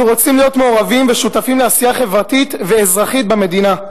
אנו רוצים להיות מעורבים ושותפים לעשייה חברתית ואזרחית במדינה.